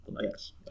Yes